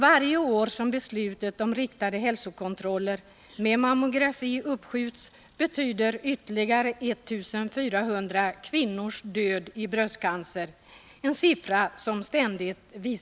Varje år som beslutet om riktade hälsokontroller med mammografi uppskjuts betyder ytterligare 1 400 kvinnors död i bröstcancer — siffran ökar f. ö. ständigt.